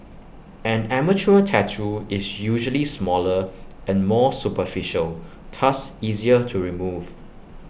an amateur tattoo is usually smaller and more superficial thus easier to remove